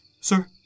sir